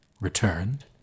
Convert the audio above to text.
returned